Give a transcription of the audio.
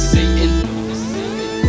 Satan